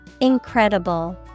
Incredible